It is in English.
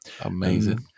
amazing